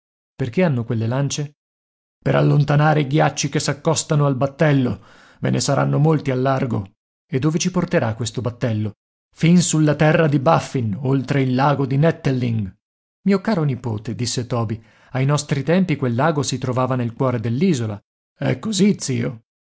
perché hanno quelle lance per allontanare i ghiacci che s'accostano al battello ve ne saranno molti al largo e dove ci porterà questo battello fin sulla terra di baffin oltre il lago di nettelling mio caro nipote disse toby ai nostri tempi quel lago si trovava nel cuore dell'isola è così zio